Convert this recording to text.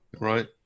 Right